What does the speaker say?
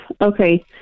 Okay